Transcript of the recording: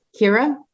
kira